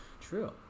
true